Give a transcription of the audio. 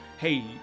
hey